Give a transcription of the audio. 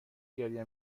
گریه